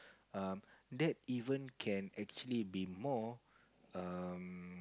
um that even can actually be more um